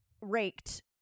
raked